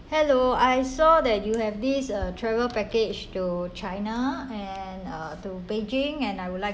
hello I saw that you have these uh travel package to china and uh to beijing and I would like